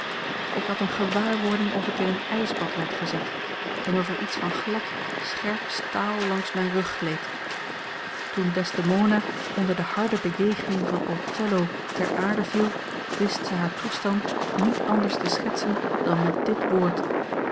ik had eene gewaarwording of ik in een ijsbad werd gezet en of er iets van glad scherp staal langs mijn rug gleed toen desdemona onder de harde bejegening van othello ter aarde viel wist zij haar toestand niet anders te schetsen dan met dit woord